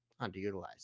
underutilized